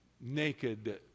naked